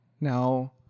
Now